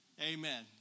Amen